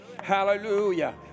Hallelujah